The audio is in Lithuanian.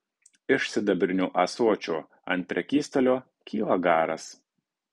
iš sidabrinio ąsočio ant prekystalio kyla garas